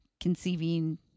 conceiving